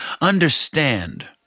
understand